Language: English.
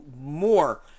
more